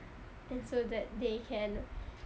and so that they can